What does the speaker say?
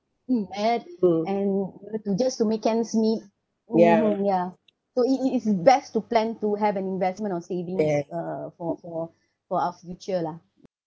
mm and and to just to make ends meet mmhmm ya so it it it is best to plan to have an investment or savings uh for for for our future lah